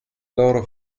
loro